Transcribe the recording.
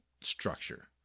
structure